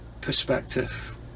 perspective